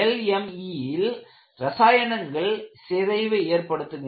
LME ல் ரசாயனங்கள் சிதைவை ஏற்படுத்துகின்றன